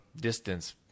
distance